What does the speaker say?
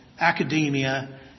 academia